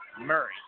Murray